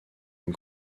une